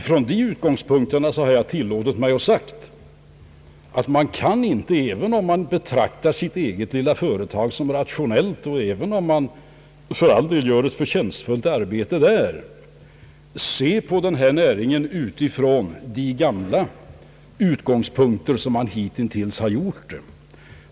Från de utgångspunkterna har jag tillåtit mig säga att man — även om de betraktar sitt eget lilla företag såsom rationellt och även om de för all del gör ett förtjänstfullt arbete där — inte kan se på denna näring utifrån de gamla utgångspunkter man hittills haft.